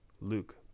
Luke